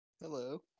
Hello